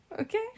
Okay